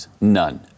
none